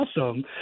Awesome